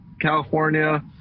California